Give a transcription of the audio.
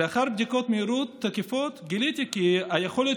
לאחר בדיקות מהירות מקיפות גיליתי כי היכולת